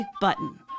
Button